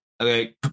okay